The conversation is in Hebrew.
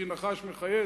וכי נחש מחיה?